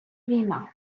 війна